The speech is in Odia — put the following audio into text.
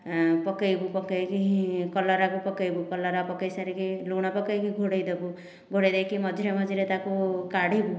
ପକାଇବୁ ପକାଇକି କଲରାକୁ ପକାଇବୁ କଲରା ପକାଇ ସାରିକି ଲୁଣ ପକାଇକି ଘୋଡ଼ାଇ ଦେବୁ ଘୋଡ଼ାଇ ଦେଇକି ମଝିରେ ମଝିରେ ତାକୁ କାଢ଼ିବୁ